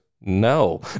No